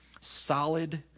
solid